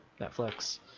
Netflix